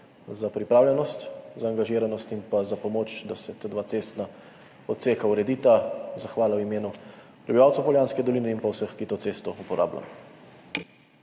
za pripravljenost, angažiranost in pomoč, da se ta dva cestna odseka uredita. Zahvala v imenu prebivalcev Poljanske doline in vseh, ki to cesto uporabljajo.